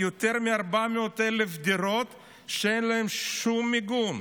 יותר מ-400,000 דירות שאין להן שום מיגון,